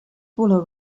buller